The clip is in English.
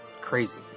crazy